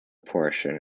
portion